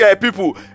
people